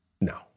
no